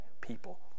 people